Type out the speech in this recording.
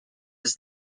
was